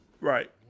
Right